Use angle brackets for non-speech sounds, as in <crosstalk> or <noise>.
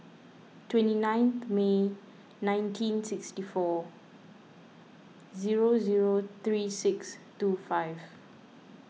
twenty nine <noise> May nineteen sixty four zero zero three six two five